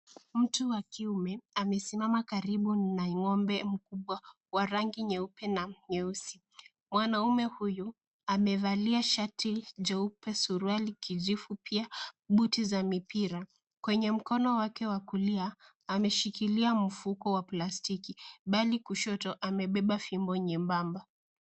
Mtu wa kiume amesimama karibu na ng'ombe mkubwa wa rangi nyeupe na nyeusi. Mwanaume huyu amevalia shati jeupe suruali kijivu pia buti za mipira. Kwenye mkono wake wa kulia ameshikilia mfuko wa plastiki. Mbali kushoto amebeba fimbo nyembamba.